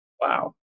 Wow